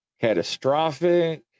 catastrophic